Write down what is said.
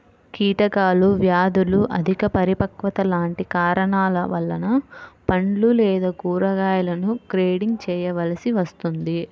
కీటకాలు, వ్యాధులు, అధిక పరిపక్వత లాంటి కారణాల వలన పండ్లు లేదా కూరగాయలను గ్రేడింగ్ చేయవలసి వస్తుంది